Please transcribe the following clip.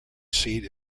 seat